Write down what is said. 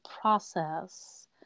process